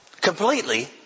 Completely